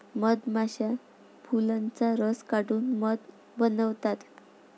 मधमाश्या फुलांचा रस काढून मध बनवतात